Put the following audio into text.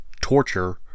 torture